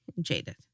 Jaded